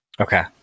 Okay